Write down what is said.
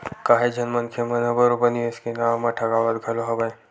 काहेच झन मनखे मन ह बरोबर निवेस के नाव म ठगावत घलो हवय